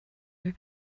you